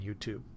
YouTube